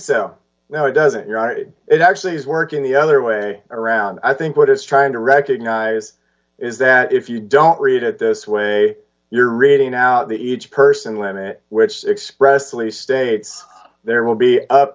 so now it doesn't you know it actually is working the other way around i think what it's trying to recognize is that if you don't read it this way you're reading out that each person limit which expressly states there will be up